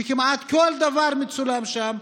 שכמעט כל דבר מצולם שם.